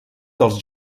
dels